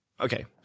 okay